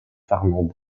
fernández